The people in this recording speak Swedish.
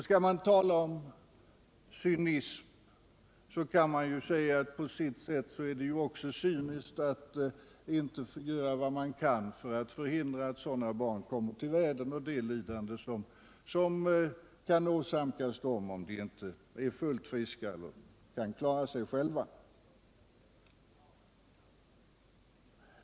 Skall man tala om cynism kan man säga att det på sitt sätt också är cyniskt att då inte göra vad man kan för att förhindra att sådana barn kommer till världen och att inte lindra det lidande som kan åsamkas dem om de inte är fullt friska eller inte kan klara sig själva.